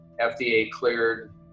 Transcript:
FDA-cleared